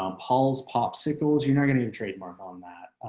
um paul's popsicles. you're not going to trademark on that.